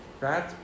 right